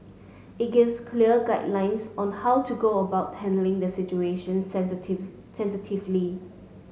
it gives clear guidelines on how to go about handling the situation sensitively